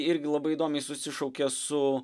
irgi labai įdomiai susišaukia su